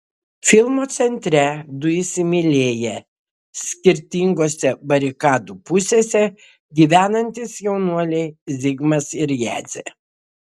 filmo centre du įsimylėję skirtingose barikadų pusėse gyvenantys jaunuoliai zigmas ir jadzė